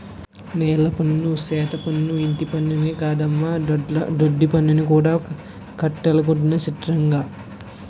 నీలపన్ను, సెత్తపన్ను, ఇంటిపన్నే కాదమ్మో దొడ్డిపన్ను కూడా కట్టాలటొదినా సిత్రంగా